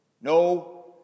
No